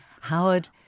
Howard